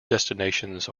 destinations